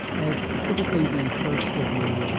it's typically the first of the